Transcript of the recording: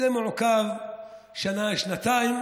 זה מעוכב שנה-שנתיים,